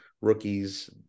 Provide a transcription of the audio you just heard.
rookies